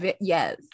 yes